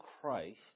Christ